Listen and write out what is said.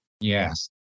Yes